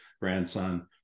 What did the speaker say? grandson